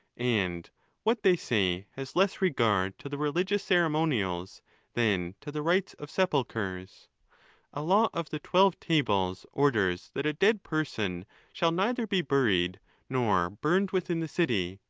and what they say has less regard to the religious ceremonials than to the rights of sepulchres. a law of the twelve tables orders that a dead person shall neither be buried nor burned within the city,